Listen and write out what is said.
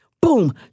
Boom